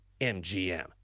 MGM